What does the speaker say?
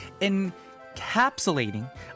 encapsulating